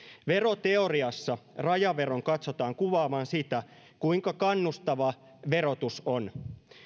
veroteoriassa rajaveron katsotaan kuvaavan sitä kuinka kannustava verotus on